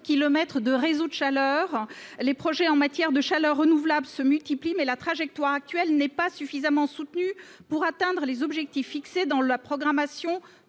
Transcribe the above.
kilomètres de réseaux de chaleur. Les projets en matière de chaleur renouvelable se multiplient, mais la trajectoire actuelle n'est pas suffisamment soutenue pour atteindre les objectifs fixés dans la programmation